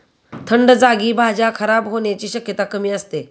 थंड जागी भाज्या खराब होण्याची शक्यता कमी असते